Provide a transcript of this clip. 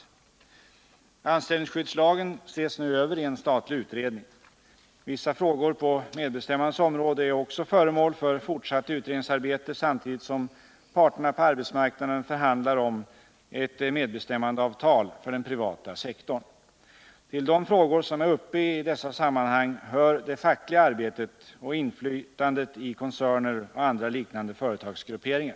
företag Anställningsskyddslagen ses nu över ien statlig utredning. Vissa frågor på medbestämmandets område är också föremål för fortsatt utredningsarbete samtidigt som parterna på arbetsmarknaden förhandlar om ett medbestämmandeavtal för den privata sektorn. Till de frågor som är uppe i dessa sammanhang hör det fackliga arbetet och inflytandet i koncerner och andra liknande företagsgrupperingar.